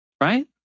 Right